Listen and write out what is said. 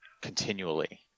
continually